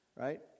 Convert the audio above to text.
Right